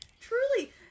Truly